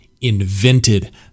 invented